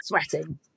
sweating